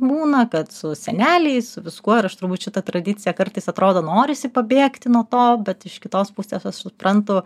būna kad su seneliais su viskuo ir aš turbūt šitą tradiciją kartais atrodo norisi pabėgti nuo to bet iš kitos pusės aš suprantu